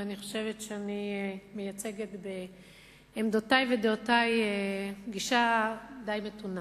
אני חושבת שאני מייצגת בעמדותי ודעותי גישה די מתונה,